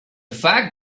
fact